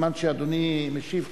בזמן שאדוני משיב,